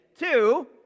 two